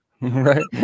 right